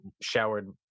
showered